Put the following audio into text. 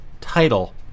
title